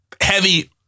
heavy